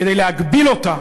כדי להגביל אותה,